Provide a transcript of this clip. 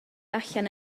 allan